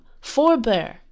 forbear